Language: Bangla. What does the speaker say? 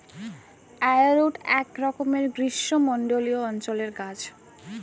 অ্যারারুট একরকমের গ্রীষ্মমণ্ডলীয় অঞ্চলের গাছ